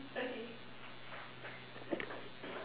okay